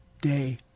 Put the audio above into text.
day